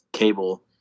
Cable